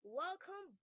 welcome